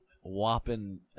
whopping